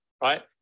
right